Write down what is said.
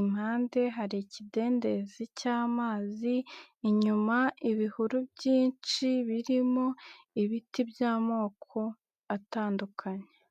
impande hari ikidendezi cy'amazi, inyuma ibihuru byinshi birimo ibiti by'amoko atandukanye.